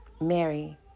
Mary